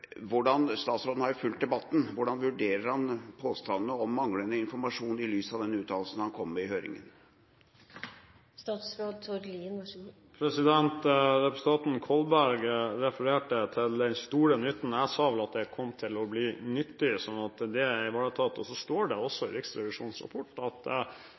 Statsråden har fulgt debatten. Hvordan vurderer han påstandene om manglende informasjon, i lys av den uttalelsen han kom med i høringa? Representanten Kolberg refererte til den store nytten. Jeg sa vel at det kom til å bli nyttig. Så det er ivaretatt. Det står også i Riksrevisjonens rapport at